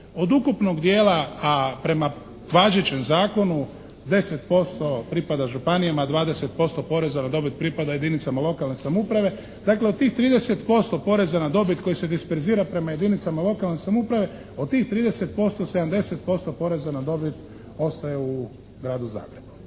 od ukupnog dijela a prema važećem zakonu 10% pripada županijama, 20% poreza na dobit pripada jedinicama lokalne samouprave. Dakle, od tih 30% poreza na dobit koji se disperzira prema jedinicama lokalne samouprave, od tih 30% , 70% poreza na dobit ostaje u Gradu Zagrebu.